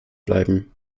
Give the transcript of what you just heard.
bleiben